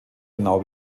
genau